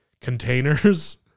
containers